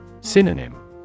Synonym